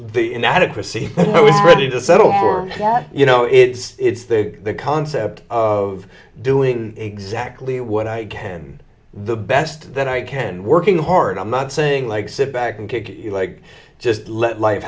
the inadequacy i was ready to settle for that you know it's the concept of doing exactly what i can the best that i can working hard i'm not saying like sit back and kick it like just let life